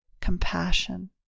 compassion